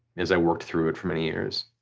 as i worked through it for many years.